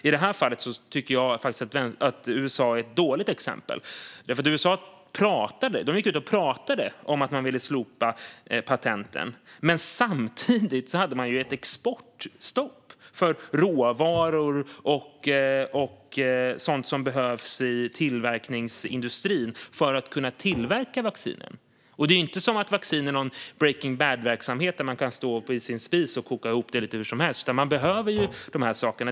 I det här fallet tycker jag dock faktiskt att USA är ett dåligt exempel. USA gick ut och pratade om att man ville slopa patenten, men samtidigt hade man ett exportstopp för råvaror och sådant som behövs i tillverkningsindustrin för att vaccin ska kunna tillverkas. Det är ju inte så att vaccin är någon Breaking bad-verksamhet och att man kan stå vid sin spis och koka ihop det lite hur som helst, utan man behöver de här sakerna.